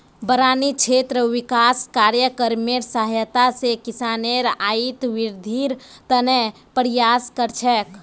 बारानी क्षेत्र विकास कार्यक्रमेर सहायता स किसानेर आइत वृद्धिर त न प्रयास कर छेक